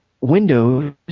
Windows